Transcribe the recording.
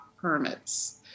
permits